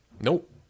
Nope